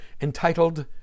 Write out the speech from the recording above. entitled